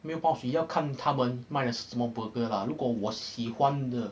没有包水要看他们卖的是什么 burger 啦如果我喜欢的